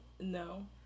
No